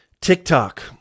TikTok